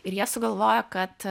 ir jie sugalvojo kad